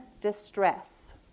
distress